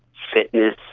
fitness,